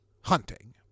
hunting